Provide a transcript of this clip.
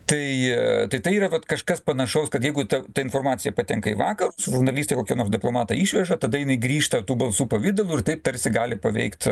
tai tai tai yra vat kažkas panašaus kad jeigu ta ta informacija patenka į vakarus žurnalistai kokie nors diplomatai išveža tada jinai grįžta tų balsų pavidalu ir taip tarsi gali paveikt